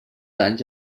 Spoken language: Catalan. anys